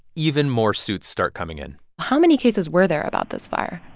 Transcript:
even more suits start coming in how many cases were there about this fire?